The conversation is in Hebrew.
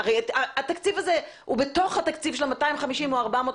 התקציב הזה הוא בתוך התקציב של ה-250 או ה-400,